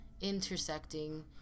intersecting